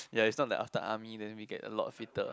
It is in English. ya is not like after army then we get a lot fitter